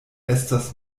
estas